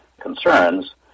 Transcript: concerns